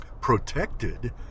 protected